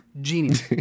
Genius